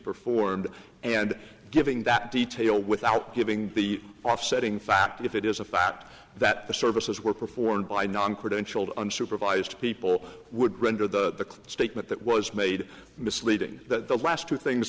performed and giving that detail without giving the offsetting fact if it is a fact that the services were performed by non credentialed unsupervised people would render the statement that was made misleading that the last two things